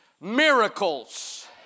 miracles